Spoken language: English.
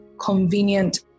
convenient